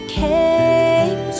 came